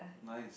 nice